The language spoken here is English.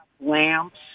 lamps